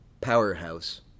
powerhouse